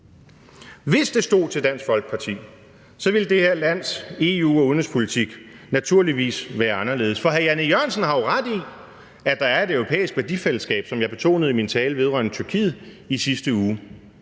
Hvis det stod til Dansk Folkeparti, så ville det her lands EU- og udenrigspolitik naturligvis være anderledes. For hr. Jan E. Jørgensen har jo ret i, at der er et europæisk værdifællesskab, hvad jeg også betonede i min tale vedrørende Tyrkiet i sidste uge.